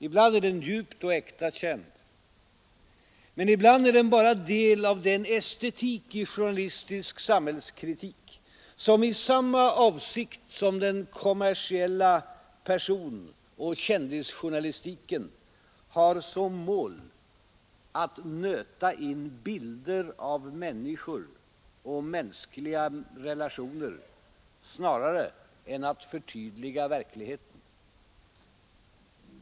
Ibland är den djupt och äkta känd, men ibland är den bara del av den estetik i journalistisk sam hällskritik som, i samma avsikt som den kommersiella personoch kändisjournalistiken, har som mål att nöta in bilder av människor och mänskliga relationer snarare än att förtydliga verkligheten.